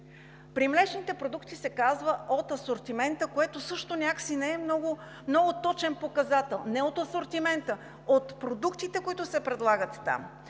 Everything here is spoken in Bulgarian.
При млечните продукти се казва: от асортимента, което също някак си не е много точен показател. Не от асортимента, от продуктите, които се предлагат там,